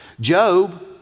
Job